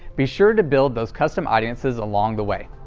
be sure to build those custom audiences along the way.